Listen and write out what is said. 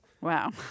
Wow